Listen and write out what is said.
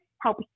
help